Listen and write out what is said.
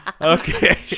Okay